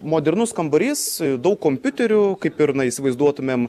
modernus kambarys daug kompiuterių kaip ir na įsivaizduotumėm